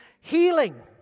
healing